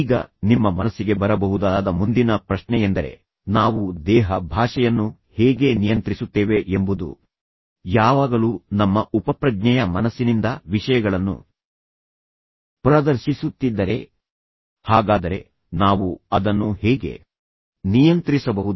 ಈಗ ನಿಮ್ಮ ಮನಸ್ಸಿಗೆ ಬರಬಹುದಾದ ಮುಂದಿನ ಪ್ರಶ್ನೆಯೆಂದರೆ ನಾವು ದೇಹ ಭಾಷೆಯನ್ನು ಹೇಗೆ ನಿಯಂತ್ರಿಸುತ್ತೇವೆ ಎಂಬುದು ಯಾವಾಗಲೂ ನಮ್ಮ ಉಪಪ್ರಜ್ಞೆಯ ಮನಸ್ಸಿನಿಂದ ವಿಷಯಗಳನ್ನು ಪ್ರದರ್ಶಿಸುತ್ತಿದ್ದರೆ ಹಾಗಾದರೆ ನಾವು ಅದನ್ನು ಹೇಗೆ ನಿಯಂತ್ರಿಸಬಹುದು